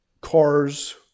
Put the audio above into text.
cars